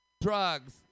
drugs